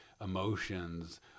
emotions